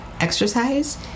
exercise